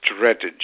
strategy